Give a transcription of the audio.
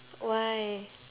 why